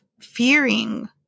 fearing